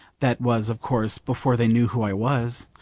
that was, of course, before they knew who i was.